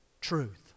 truth